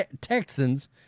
Texans